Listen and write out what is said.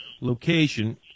location